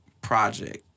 project